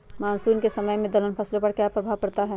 Monsoon के समय में दलहन फसलो पर क्या प्रभाव पड़ता हैँ?